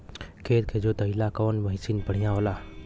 खेत के जोतईला कवन मसीन बढ़ियां होला?